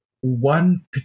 one